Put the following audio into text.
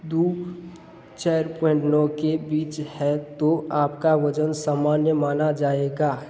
दो चार पॉइंट नौ के बीच है तो आपका वजन सामान्य माना जाएगा